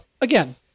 again